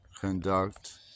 conduct